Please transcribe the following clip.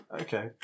Okay